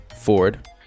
Ford